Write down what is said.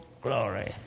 glory